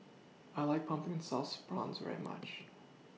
I like Pumpkin Sauce Prawns very much